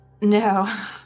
No